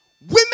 Women